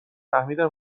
فهمیدم